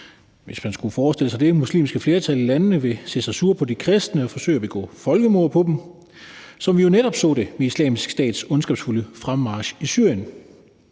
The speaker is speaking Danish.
hvis man skulle forestille sig det – det muslimske flertal i landene vil se sig sure på de kristne og forsøge at begå folkemord på dem, som vi jo netop så det med Islamisk Stats ondskabsfulde fremmarch i Syrien.